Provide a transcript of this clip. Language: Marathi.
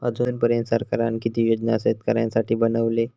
अजून पर्यंत सरकारान किती योजना शेतकऱ्यांसाठी बनवले?